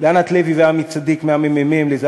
לענת לוי ועמי צדיק ממרכז המחקר והמידע